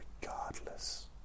regardless